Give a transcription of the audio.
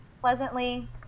pleasantly